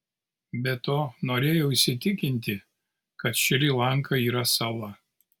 be to norėjau įsitikinti kad šri lanka yra sala